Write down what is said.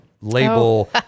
label